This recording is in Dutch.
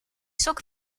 sok